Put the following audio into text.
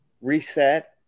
reset